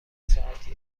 ساعتی